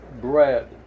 Bread